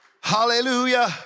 hallelujah